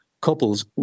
couples